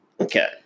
Okay